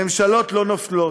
ממשלות לא נופלות,